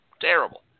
Terrible